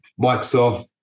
Microsoft